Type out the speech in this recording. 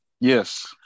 Yes